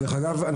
דרך אגב,